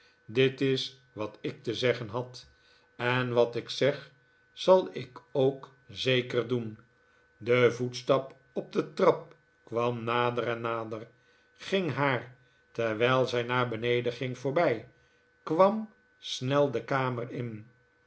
dit is wat ik te zeggen had en wat ik zeg zal ik ook zeker doen de voetstap op de trap kwam nader en nader ging haar terwijl zij naar beneden ging voorbij kwam snel de kamer in